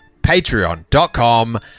patreon.com